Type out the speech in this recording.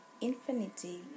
infinity